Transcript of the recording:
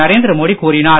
நரேந்திர மோடி கூறினார்